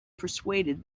persuaded